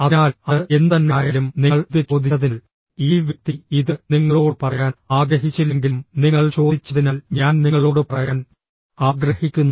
അതിനാൽ അത് എന്തുതന്നെയായാലും നിങ്ങൾ ഇത് ചോദിച്ചതിനാൽ ഈ വ്യക്തി ഇത് നിങ്ങളോട് പറയാൻ ആഗ്രഹിച്ചില്ലെങ്കിലും നിങ്ങൾ ചോദിച്ചതിനാൽ ഞാൻ നിങ്ങളോട് പറയാൻ ആഗ്രഹിക്കുന്നു